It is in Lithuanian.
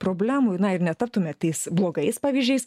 problemų na ir netaptumėt tais blogais pavyzdžiais